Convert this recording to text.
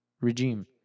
regime